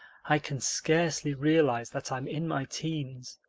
i can scarcely realize that i'm in my teens.